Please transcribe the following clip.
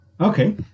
okay